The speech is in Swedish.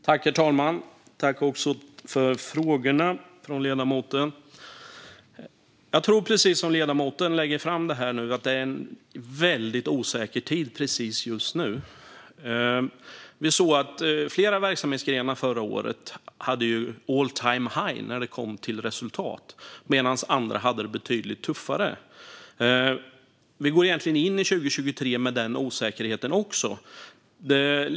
Herr talman! Jag tackar ledamoten för frågorna. Jag tror precis som ledamoten att det är en väldigt osäker tid just nu. Vi såg att flera verksamhetsgrenar förra året hade all time high i fråga om resultat, medan andra hade det betydligt tuffare. Vi går egentligen in också i 2023 med denna osäkerhet.